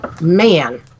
Man